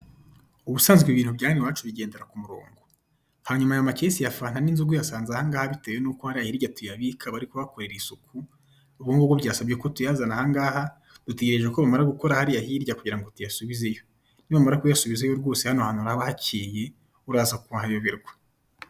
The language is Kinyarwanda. Ubusanzwe ibintu bya hano iwacu bigendera ku murongo. Hanyuma, aya makesi ya fanta n'inzoga uyasanze aha ngaha bitewe n'uko hariya hirya tuyabika bari kuhakorera isuku, ubwo ngubwo byasabye ko tuyazana aha ngaha. Dutegereje ko bamara gukora hariya hirya kugira tuyasubizeyo. Nibamara kuyasubizayo hano hantu haraba hakeye, uraza kuhayoberwa.